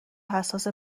حساس